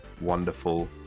wonderful